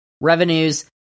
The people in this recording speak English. revenues